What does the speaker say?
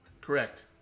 Correct